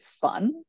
fun